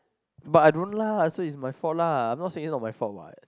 but I don't lah so it's my fault lah I'm not saying it's not my fault what